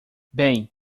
bem